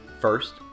First